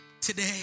today